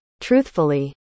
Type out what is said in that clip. truthfully